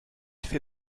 fait